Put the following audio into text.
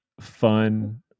fun